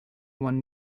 one